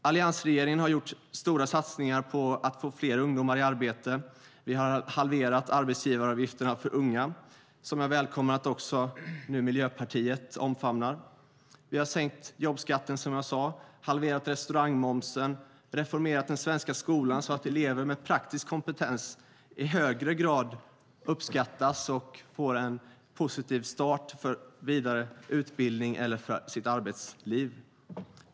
Alliansregeringen har gjort stora satsningar på att få fler ungdomar i arbete. Vi har halverat arbetsgivaravgifterna för unga, som jag välkomnar att också Miljöpartiet nu omfamnar. Vi har sänkt jobbskatten, som jag sade, halverat restaurangmomsen och reformerat den svenska skolan, så att elever med praktisk kompetens i högre grad uppskattas och får en positiv start för vidare utbildning eller för sitt arbetsliv.